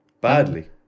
Badly